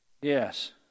Yes